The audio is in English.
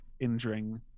injuring